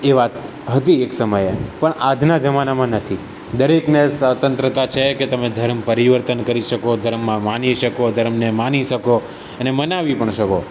એ વાત હતી એક સમયે પણ આજના જમાનામાં નથી દરેકને સ્વતંત્રતા છે કે તમે ધર્મ પરિવર્તન કરી શકો ધર્મમાં માની શકો ધર્મને માની શકો અને મનાવી પણ શકો